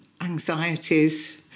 anxieties